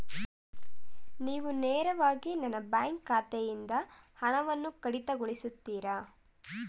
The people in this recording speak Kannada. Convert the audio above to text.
ನೀವು ನೇರವಾಗಿ ನನ್ನ ಬ್ಯಾಂಕ್ ಖಾತೆಯಿಂದ ಹಣವನ್ನು ಕಡಿತಗೊಳಿಸುತ್ತೀರಾ?